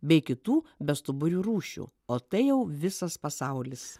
bei kitų bestuburių rūšių o tai jau visas pasaulis